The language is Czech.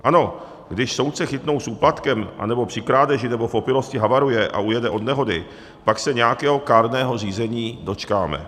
Ano, když soudce chytnou s úplatkem anebo při krádeži nebo v opilosti havaruje a ujede od nehody, pak se nějakého kárného řízení dočkáme.